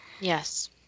Yes